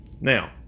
Now